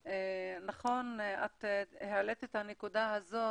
נכון, את העלית את הנקודה הזאת